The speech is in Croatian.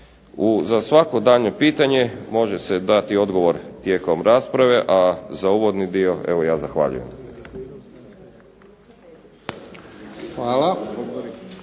Za svako daljnje pitanje može se dati odgovor tijekom rasprave, a za uvodni dio evo ja zahvaljujem.